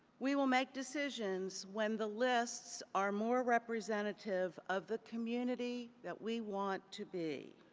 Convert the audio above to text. we will make decisions when the lists are more representative of the community that we want to be.